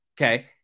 okay